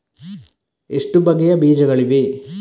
ಎಷ್ಟು ಬಗೆಯ ಬೀಜಗಳಿವೆ?